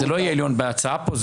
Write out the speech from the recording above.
אבל זה לא יהיה העליון בהצעה פה,